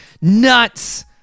Nuts